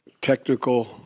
technical